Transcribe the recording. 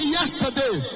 yesterday